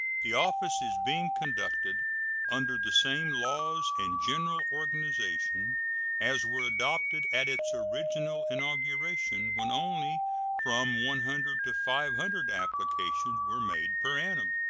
the office is being conducted under the same laws and general organization as were adopted at its original inauguration, when only from one hundred to five hundred applications were made per annum.